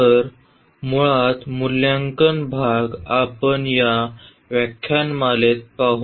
तर मुळात मूल्यांकन भाग आपण या व्याख्यानमालेत पाहू